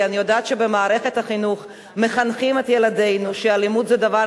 כי אני יודעת שבמערכת החינוך מחנכים את ילדינו שאלימות זה דבר